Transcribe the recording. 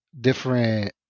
different